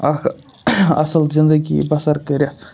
اکھ اَصٕل زِندگی بَسر کٔرِتھ